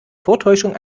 vortäuschung